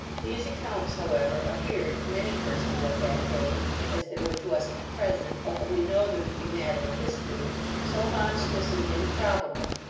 these accounts, however, appeared, to many persons at that day as they would to us at the present, but that we know them to be matter of history so monstrous and improbable,